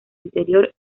interior